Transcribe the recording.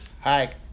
Hi